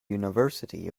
university